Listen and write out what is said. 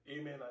amen